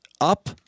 Up